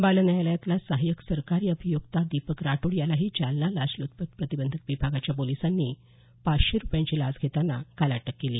बाल न्यायालयातला सहायक सरकारी अभियोक्ता दीपक राठोड यालाही जालना लाचल्चपत प्रतिबंधक विभागाच्या पोलिसांनी पाचशे रुपयांची लाच घेताना काल अटक केली